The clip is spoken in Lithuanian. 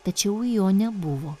tačiau jo nebuvo